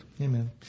Amen